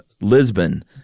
Lisbon